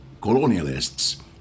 colonialists